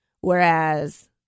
whereas